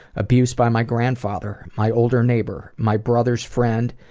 abused by my grandfather, my older neighbor, my brother's friend,